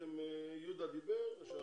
וברוך השם באדיבותו של מלך